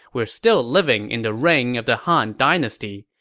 we're still living in the reign of the han dynasty.